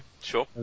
Sure